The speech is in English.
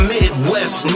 Midwest